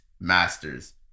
masters